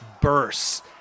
bursts